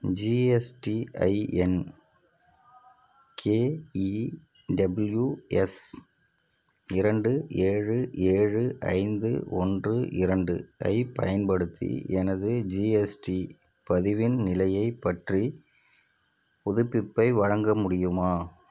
GSTIN KEWS இரண்டு ஏழு ஏழு ஐந்து ஒன்று இரண்டு ஐப் பயன்படுத்தி எனது ஜிஎஸ்டி பதிவின் நிலையைப் பற்றி புதுப்பிப்பை வழங்க முடியுமா